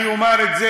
אני אומר את זה.